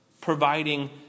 providing